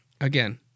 again